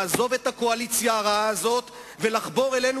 לעזוב את הקואליציה הרעה הזאת ולחבור אלינו,